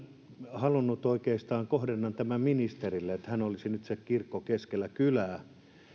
halunnut oikeastaan kohdennan tämän ministerille että hän olisi se kirkko keskellä kylää